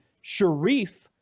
Sharif